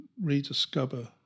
rediscover